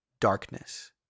Darkness